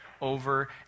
over